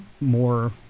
more